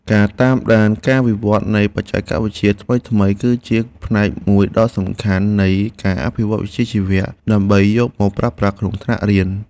ការតាមដានការវិវត្តនៃបច្ចេកវិទ្យាថ្មីៗគឺជាផ្នែកមួយដ៏សំខាន់នៃការអភិវឌ្ឍវិជ្ជាជីវៈដើម្បីយកមកប្រើប្រាស់ក្នុងថ្នាក់រៀន។